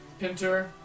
Pinter